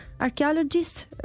archaeologists